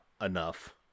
enough